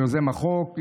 כיוזם החוק,